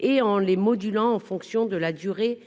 et en les modulant en fonction de la durée